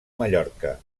mallorca